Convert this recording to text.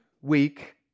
week